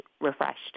refreshed